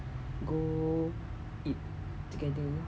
go eat together